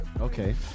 Okay